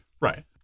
Right